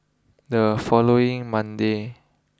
the following Monday